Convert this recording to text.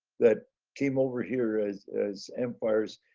that came over here as as empires,